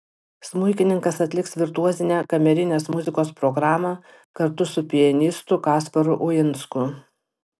smuikininkas atliks virtuozinę kamerinės muzikos programą kartu su pianistu kasparu uinsku